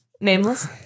Nameless